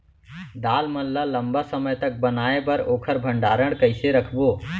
दाल मन ल लम्बा समय तक बनाये बर ओखर भण्डारण कइसे रखबो?